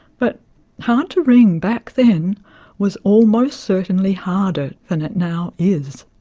but hard to ring back then was almost certainly harder than it now is.